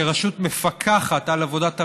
כרשות מפקחת על עבודת הממשלה,